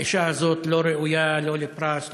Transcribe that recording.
האישה הזאת לא ראויה לא לפרס,